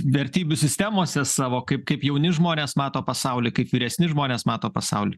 vertybių sistemose savo kaip kaip jauni žmonės mato pasaulį kaip vyresni žmonės mato pasaulį